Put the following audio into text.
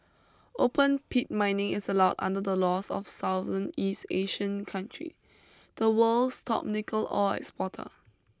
open pit mining is allowed under the laws of Southern east Asian country the world's top nickel ore exporter